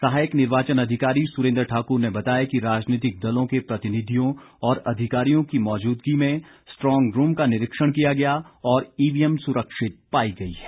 सहायक निर्वाचन अधिकारी सुरेंद्र ठाकुर ने बताया कि राजनीतिक दलों के प्रतिनिधियों और अधिकारियों की मौजूदगी में स्ट्रॉन्ग रूम का निरीक्षण किया गया और ईवीएम सुरक्षित पाई गई है